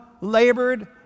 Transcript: labored